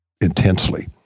intensely